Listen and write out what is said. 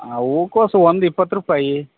ಆಂ ಹೂಕೋಸ್ ಒಂದು ಇಪ್ಪತ್ತು ರೂಪಾಯಿ